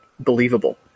Believable